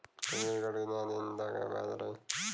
Credit card कितना दिन तक वैध रही?